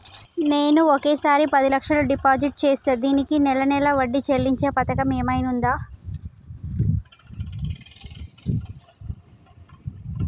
నేను ఒకేసారి పది లక్షలు డిపాజిట్ చేస్తా దీనికి నెల నెల వడ్డీ చెల్లించే పథకం ఏమైనుందా?